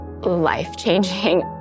life-changing